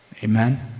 amen